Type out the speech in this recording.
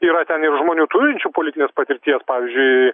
yra ten ir žmonių turinčių politinės patirties pavyzdžiui